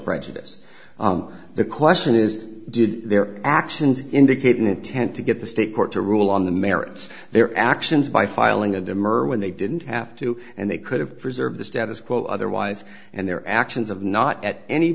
prejudice the question is did their actions indicate an intent to get the state court to rule on the merits their actions by filing a demur when they didn't have to and they could have preserve the status quo otherwise and their actions of not at any